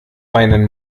weinen